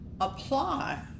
apply